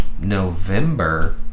november